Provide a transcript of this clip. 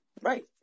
right